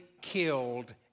killed